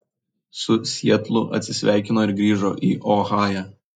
su sietlu atsisveikino ir grįžo į ohają